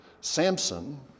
Samson